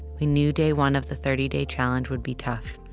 we knew day one of the thirty day challenge would be tough.